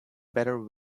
better